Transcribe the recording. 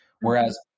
Whereas